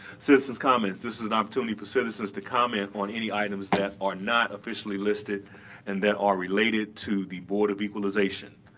citizens comments this is an opportunity for citizens to comment on any items that are not officially listed and that are related to the board of equalization.